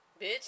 Bitch